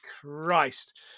Christ